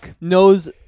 knows